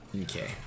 Okay